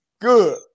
good